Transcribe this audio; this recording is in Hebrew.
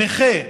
נכה,